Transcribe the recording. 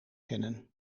kennen